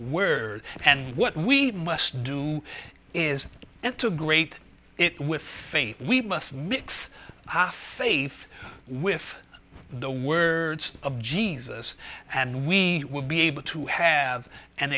word and what we must do is integrate it with faith we must mix faith with the words of jesus and we will be able to have an